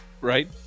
Right